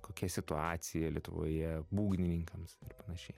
kokia situacija lietuvoje būgnininkams ir panašiai